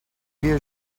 havia